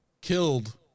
killed